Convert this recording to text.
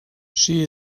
she